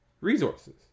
resources